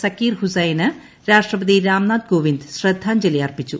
സക്കീർ ഹുസൈന് രാഷ്ട്രപതി രാംനാഥ് കോവിന്ദ് ശ്രദ്ധാഞ്ജലി അർപ്പിച്ചു